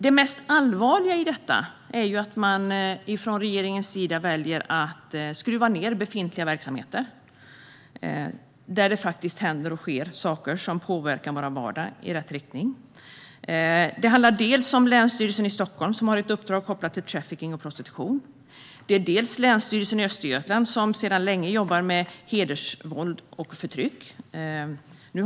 Det allvarligaste i detta är att man från regeringens sida väljer att skruva ned befintliga verksamheter, där det faktiskt händer och sker saker som påverkar vår vardag i rätt riktning. Det gäller dels Länsstyrelsen i Stockholms län, som har ett uppdrag kopplat till trafficking och prostitution, dels Länsstyrelsen i Östergötlands län, som sedan länge jobbar med hedersvåld och förtryck.